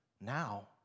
now